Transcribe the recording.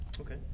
Okay